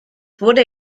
wurde